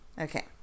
Okay